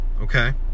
Okay